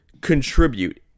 contribute